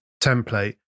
template